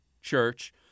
church